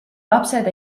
lapsed